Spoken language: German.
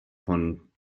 von